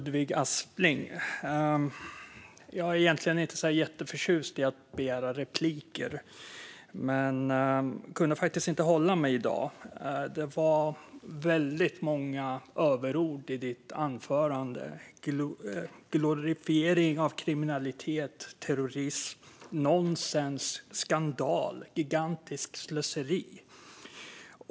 Herr talman! Jag är egentligen inte jätteförtjust i att begära replik, men jag kunde faktiskt inte hålla mig i dag. Det var väldigt många överord i ditt anförande, Ludvig Aspling - det var glorifiering av kriminalitet och terrorism, och det var nonsens, skandal och ett gigantiskt slöseri.